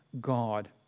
God